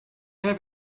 have